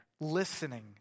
listening